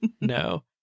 No